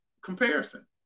comparison